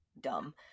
Dumb